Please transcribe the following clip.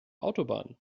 autobahn